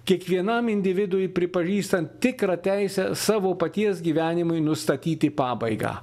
kiekvienam individui pripažįstant tikrą teisę savo paties gyvenimui nustatyti pabaigą